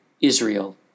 Israel